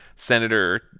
senator